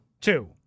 Two